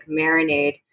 marinade